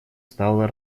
стало